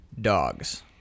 Dogs